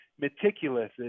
meticulous